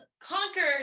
conquered